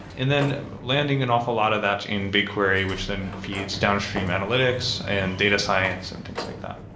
and then landing an awful lot of that in bigquery which then feeds downstream analytics and data science and things like that.